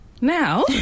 Now